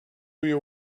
your